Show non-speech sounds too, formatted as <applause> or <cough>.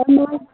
<unintelligible>